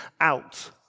out